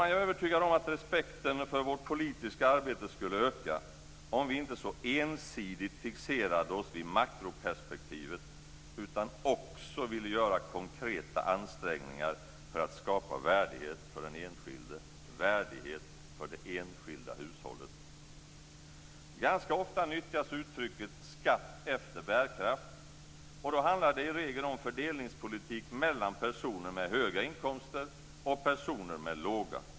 Jag är övertygad om att respekten för vårt politiska arbete skulle öka om vi inte så ensidigt fixerade oss vid makroperspektivet utan också ville göra konkreta ansträngningar för att skapa värdighet för den enskilde, värdighet för det enskilda hushållet. Ganska ofta nyttjas uttrycket skatt efter bärkraft. Och då handlar det i regel om fördelningspolitik mellan personer med höga inkomster och personer med låga.